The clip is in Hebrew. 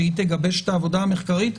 שהיא תגבש את העבודה המחקרית,